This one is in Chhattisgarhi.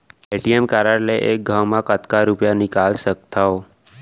ए.टी.एम कारड ले एक घव म कतका रुपिया निकाल सकथव?